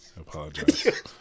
Apologize